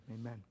amen